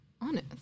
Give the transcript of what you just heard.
honest